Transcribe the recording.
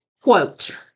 quote